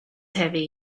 heavy